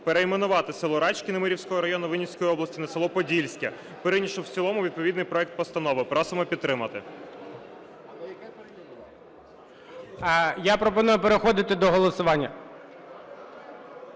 перейменувати село Рачки Немирівського району Вінницької області на село Подільське, прийнявши в цілому відповідний проект постанови. Просимо підтримати. ГОЛОВУЮЧИЙ. Я пропоную переходити до голосування.